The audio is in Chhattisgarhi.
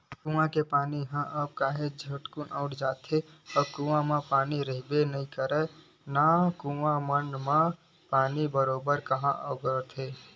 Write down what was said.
कुँआ के पानी ह अब काहेच झटकुन अटा जाथे, कुँआ म पानी रहिबे नइ करय ना अब कुँआ मन म पानी बरोबर काँहा ओगरथे